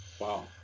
Wow